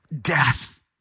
death